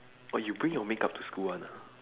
oh you bring your makeup to school one ah